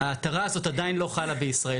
ההתרה הזאת עדיין לא חלה בישראל.